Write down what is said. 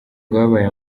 rwabaye